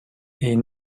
est